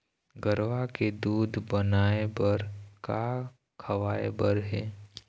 गरवा के दूध बढ़ाये बर का खवाए बर हे?